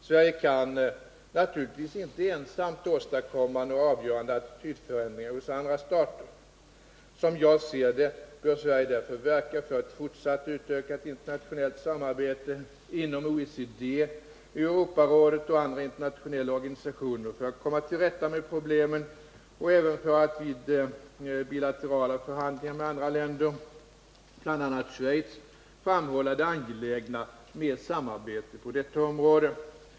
Sverige kan naturligtvis inte ensamt åstadkomma några avgörande attitydförändringar hos andra stater. Som jag ser det bör Sverige därför verka för ett fortsatt utökat internationellt samarbete inom OECD, Europarådet och andra internationella organisationer för att komma till rätta med problemen och även för att det vid bilaterala förhandlingar med andra länder, bl.a. Schweiz, framhålls det angelägna med samarbete på detta område.